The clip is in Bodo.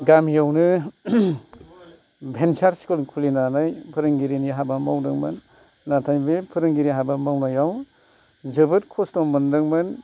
गामिआव नों बेनसारचफोर खुलिनानै फोरोंगिरिनि हाबा मावदोंमोन नाथाय बे फोरोंगिरि हाबा मावनायाव जोबोत खस्थ ' मोनदोंमोन